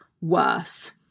worse